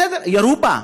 בסדר, ירו בה,